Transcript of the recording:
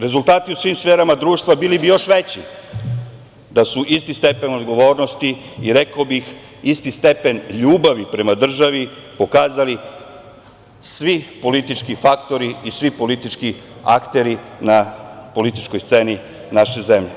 Rezultati u svim sferama društva bili bi još veći da su isti stepen odgovornosti i rekao bih isti stepen ljubavi prema državi pokazali svi politički faktori i svi politički akteri na političkoj sceni naše zemlje.